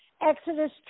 Exodus